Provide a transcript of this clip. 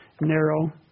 narrow